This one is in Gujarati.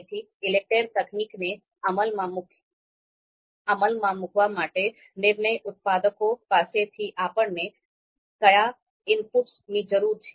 તેથી ઈલેકટેર તકનીકને અમલમાં મૂકવા માટે નિર્ણય ઉત્પાદકો પાસેથી આપણે કયા ઇનપુટ્સની જરૂર છે